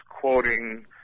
quoting